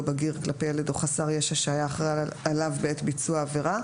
בגיר כלפי ילד או חסר ישע שהיה אחראי עליו בעת ביצוע העבירה,